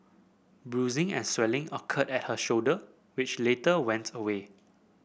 bruising and swelling occurred at her shoulder which later went away